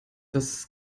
das